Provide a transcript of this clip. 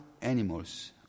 animals